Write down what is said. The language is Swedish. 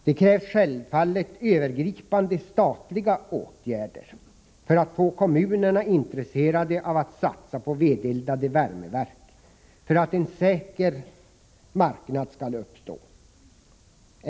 Det krävs självfallet övergripande statliga åtgärder för att få kommunerna intresserade av att satsa på vedeldade värmeverk så att en säker marknad uppstår.